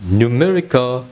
numerical